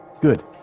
good